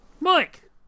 Mike